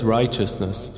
righteousness